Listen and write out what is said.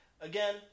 Again